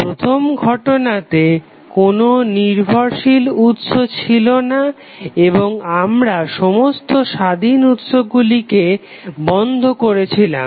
প্রথম ঘটনাতে কোনো নির্ভরশীল উৎস ছিল না এবং আমরা সমস্ত স্বাধীন উৎসগুলিকে বন্ধ করেছিলাম